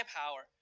power